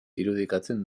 irudikatzen